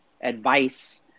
advice